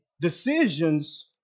decisions